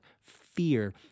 fear